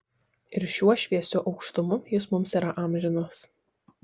ir šiuo šviesiu aukštumu jis mums yra amžinas